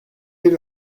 that